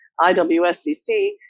IWSCC